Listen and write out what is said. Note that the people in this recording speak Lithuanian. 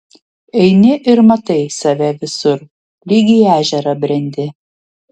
eini ir matai save visur lyg į ežerą brendi